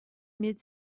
mid